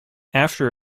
after